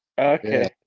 Okay